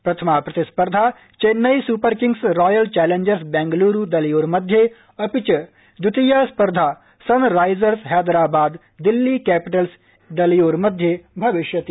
प्रथमा प्रतिस्पर्धा Chennai Super Kings Royal Challengers Bengaluru दलयोर्मध्ये अपि च द्वितीया स्पर्धा सनराइजर्स हैदराबाद दिल्ली कैपिटल्स दलयोर्मध्ये भविष्यति